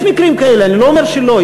יש מקרים כאלה, אני לא אומר שלא.